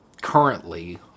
Currently